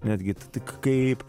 netgi tik kaip